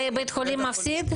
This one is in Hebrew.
בית החולים מפסיד?